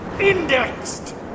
indexed